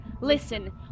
Listen